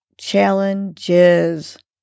challenges